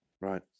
Right